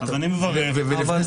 ואני מברך על כך שעכשיו --- אבל לפני